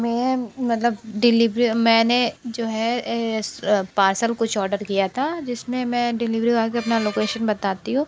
मैं मतलब डिलिवरी मैंने जो है पार्सल कुछ ऑर्डर किया था जिसमें मैं डिलिवरी बॉय को अपना लोकेशन बताती हूँ